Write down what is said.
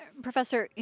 professor,